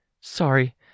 Sorry